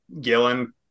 Gillen